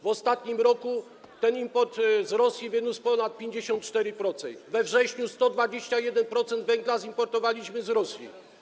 W ostatnim roku ten import z Rosji wyniósł ponad 54%, we wrześniu 121% węgla zaimportowaliśmy z Rosji.